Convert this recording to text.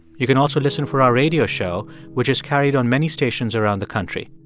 you can also listen for our radio show, which is carried on many stations around the country.